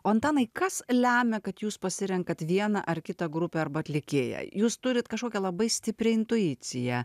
antanai kas lemia kad jūs pasirenkate vieną ar kitą grupę arba atlikėją jūs turite kažkokią labai stiprią intuiciją